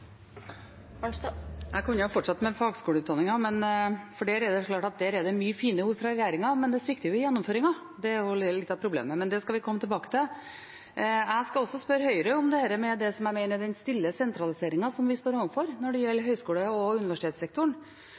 det mange fine ord fra regjeringen, men det svikter i gjennomføringen. Det er litt av problemet, men det skal vi komme tilbake til. Jeg skal også spørre Høyre om det som jeg mener er den stille sentraliseringen som vi står overfor når det gjelder høyskole- og universitetssektoren,